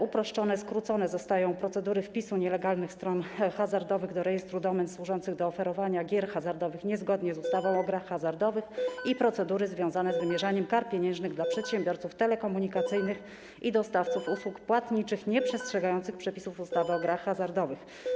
Uproszczone, skrócone zostaną również procedury wpisu nielegalnych stron hazardowych do rejestru domen służących do oferowania gier hazardowych niezgodnie z ustawą o grach hazardowych i procedury związane z wymierzaniem kar pieniężnych dla przedsiębiorców telekomunikacyjnych i dostawców usług płatniczych nieprzestrzegających przepisów ustawy o grach hazardowych.